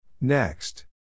Next